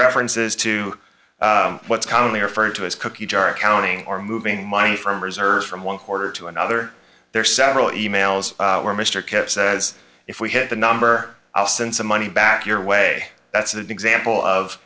references to what's commonly referred to as cookie jar accounting or moving money from reserves from one quarter to another there are several e mails were mr kent says if we hit the number i'll send some money back your way that's an example of